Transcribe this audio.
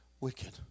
wicked